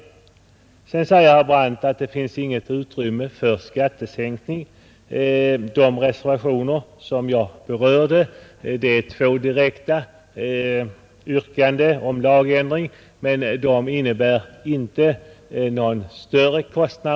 Herr Brandt sade att det inte finns utrymme för skattesänkning. De reservationer som jag berörde — det finns två direkta yrkanden om lagändring — innebär inte någon större kostnad.